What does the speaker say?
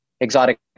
exotic